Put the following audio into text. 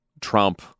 Trump